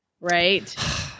right